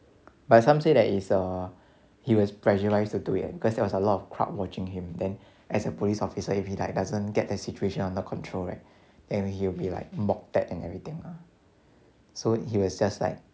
but some say that is err he was pressurised to do it because there was a lot of crowd watching him then as a police officer if he like doesn't get a situation under control right then he'll be like mocked at and everything lah so he was just like